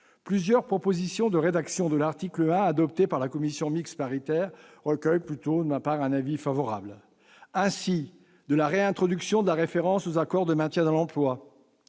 Plusieurs propositions de rédaction de l'article 1 adoptées par la commission mixte paritaire recueillent un avis plutôt favorable de notre part. Il en est ainsi de la réintroduction de la référence aux accords de maintien dans l'emploi,